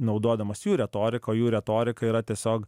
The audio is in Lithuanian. naudodamas jų retoriką o jų retorika yra tiesiog